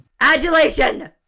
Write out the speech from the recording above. Adulation